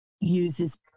uses